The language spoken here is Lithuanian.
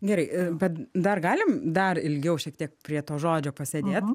gerai bet dar galim dar ilgiau šiek tiek prie to žodžio pasėdėt